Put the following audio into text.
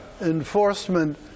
enforcement